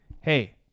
hey